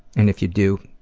and if you do,